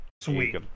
sweet